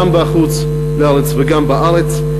גם בחוץ-לארץ וגם בארץ.